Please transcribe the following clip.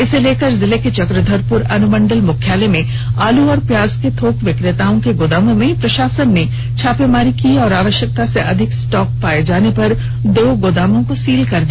इसे लेकर जिले के चक्रधरपुर अनुमंडल मुख्यालय में आलू और प्याज के थोक विक्रेताओं के गोदामों में प्रशासन ने छापामारी की और आवश्यकता से अधिक स्टॉक पाए जाने पर दो गोदामों को सील कर दिया